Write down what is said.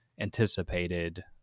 anticipated